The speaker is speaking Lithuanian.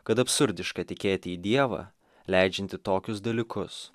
kad absurdiška tikėti į dievą leidžiantį tokius dalykus